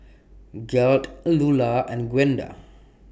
Gearld Lulla and Gwenda